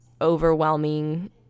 overwhelming